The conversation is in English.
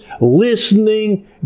listening